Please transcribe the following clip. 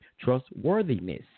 trustworthiness